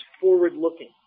forward-looking